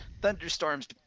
thunderstorms